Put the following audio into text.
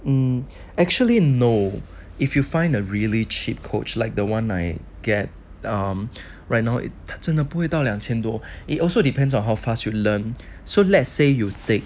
mm actually no if you find a really cheap coach like the one I get um right now 他真的不会到两千多 it also depends on how fast you learn so let's say you take